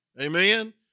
Amen